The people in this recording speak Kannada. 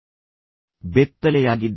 ನೀವು ಈಗಾಗಲೇ ಬೆತ್ತಲೆಯಾಗಿದ್ದೀರಿ